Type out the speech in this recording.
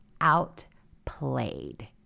outplayed